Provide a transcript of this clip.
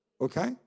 Okay